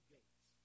Gates